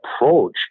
approach